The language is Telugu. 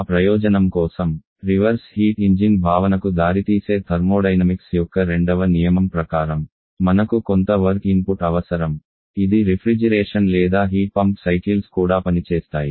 ఆ ప్రయోజనం కోసం రివర్స్ హీట్ ఇంజిన్ భావనకు దారితీసే థర్మోడైనమిక్స్ యొక్క రెండవ నియమం ప్రకారం మనకు కొంత పని ఇన్పుట్ అవసరం ఇది రిఫ్రిజిరేషన్ లేదా హీట్ పంప్ సైకిల్స్ కూడా పనిచేస్తాయి